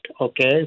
okay